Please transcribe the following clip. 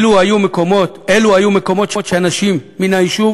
אלו היו מקומות שאנשים מן היישוב